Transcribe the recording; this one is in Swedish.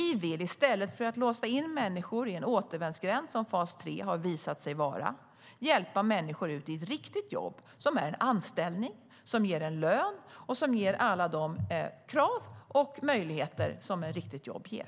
I stället för att låsa in människor i en återvändsgränd, som fas 3 har visat sig vara, vill vi hjälpa människor att få ett riktigt jobb som är en anställning, som ger en lön och som ger alla de krav och möjligheter som ett riktigt jobb ger.